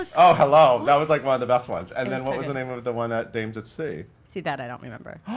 so oh hello! that was like one of the best ones. and then what was the name of of the one that dames at sea? see that i don't remember.